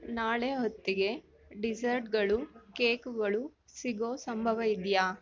ನಾಳೆ ಹೊತ್ತಿಗೆ ಡಿಸರ್ಟುಗಳು ಕೇಕುಗಳು ಸಿಗೋ ಸಂಭವ ಇದೆಯಾ